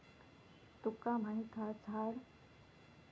तुका माहीत हा काय लवंग ह्या मूळचा इंडोनेशियातला झाड आसा